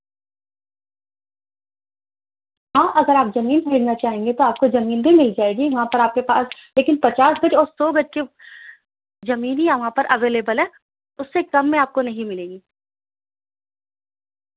ہاں اگر آپ زمین بھیجنا چاہیں گے تو آپ کو زمین بھی مل جائے گی وہاں پر آپ کے پاس لیکن پچاس فٹ اور سو گز کے زمین ہی یہاں پر اویلیبل ہے اس سے کم میں آپ کو نہیں ملے گی